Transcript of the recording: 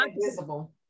invisible